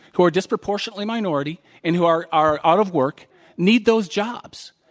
who are disproportionately minority and who are are out of work need those jobs.